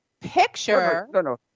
picture